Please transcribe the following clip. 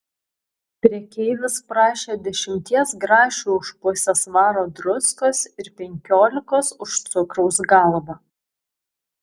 prekeivis prašė dešimties grašių už pusę svaro druskos ir penkiolikos už cukraus galvą